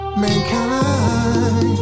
mankind